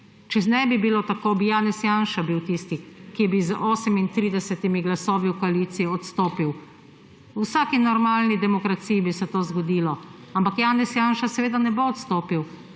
Če ne bi bilo tako, bi Janez Janša bil tisti, ki bi z 38 glasovi v koaliciji odstopil. V vsaki normalni demokraciji bi se to zgodilo, ampak Janez Janša seveda ne bo odstopil.